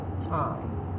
time